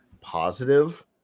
positive